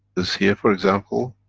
this here for example,